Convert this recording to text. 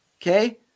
Okay